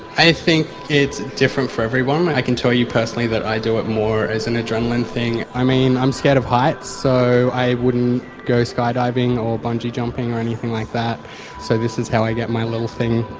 i think it's different for everyone, i can tell you personally that i do it more as an adrenalin thing. i mean i'm scared of heights so i wouldn't go sky diving or bungie jumping or anything like that so this is how i get my little thing.